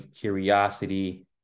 curiosity